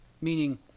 Meaning